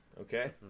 Okay